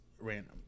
random